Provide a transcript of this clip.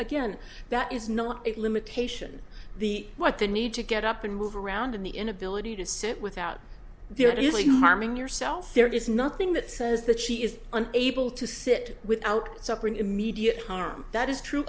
again that is not a limitation the what the need to get up and move around in the inability to sit without there is only harming yourself there is nothing that says that she is an able to sit without suffering immediate harm that is true